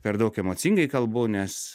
per daug emocingai kalbu nes